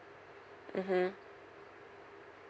mmhmm